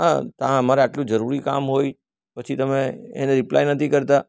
હા હા અમારે આટલુ જરૂરી કામ હોય પછી તમે એને રીપ્લાય નથી કરતા